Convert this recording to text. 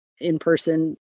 in-person